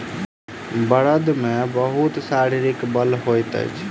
बड़द मे बहुत शारीरिक बल होइत अछि